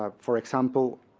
um for example,